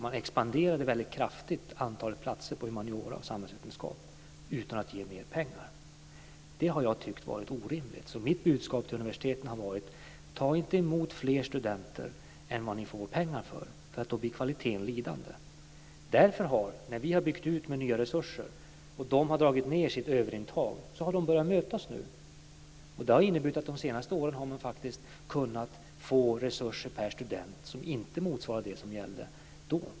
Man expanderade antalet platser väldigt kraftigt inom humaniora och samhällsvetenskap utan att ge mer pengar. Det tycker jag har varit orimligt. Därför har mitt budskap till universiteten varit att de inte ska ta emot fler studenter än de får pengar för; annars blir kvaliteten lidande. När vi har byggt ut med nya resurser och de har dragit ned sitt överintag har man börjat mötas. Det har inneburit att man de senaste åren faktiskt har kunnat få resurser per student som inte motsvarar det som gällde då.